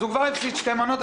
אז הוא כבר הפסיד שתי מנות.